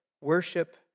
worship